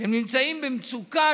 הם נמצאים במצוקה,